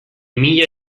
mila